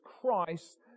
Christ